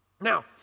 Now